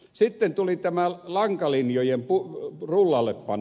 sitten tuli tämä lankalinjojen rullallepanovaihe